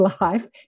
life